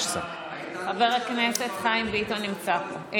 חבר הכנסת חיים ביטון נמצא פה.